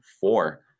four